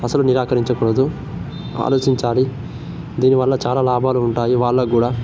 అసలు నిరాకరించకూడదు ఆలోచించాలి దీనివల్ల చాలా లాభాలు ఉంటాయి వాళ్ళగ్గూడా